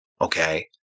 okay